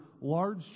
large